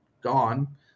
gone